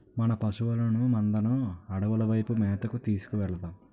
మన పశువుల మందను అడవుల వైపు మేతకు తీసుకు వెలదాం